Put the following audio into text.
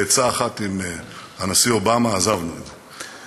בעצה אחת עם הנשיא אובמה, עזבנו את זה.